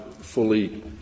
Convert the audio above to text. fully